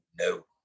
no